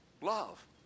love